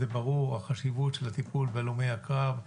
זה ברור, החשיבות של הטיפול בהלומי הקרב.